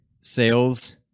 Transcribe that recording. sales